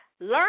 Learn